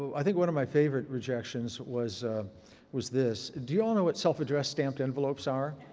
i think one of my favorite rejections was was this. do you all know what self-addressed stamped envelopes are?